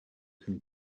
can